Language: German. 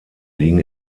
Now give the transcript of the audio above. liegen